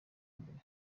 mbere